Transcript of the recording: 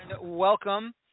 welcome